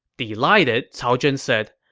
delighted, cao zhen said,